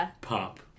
pop